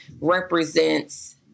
represents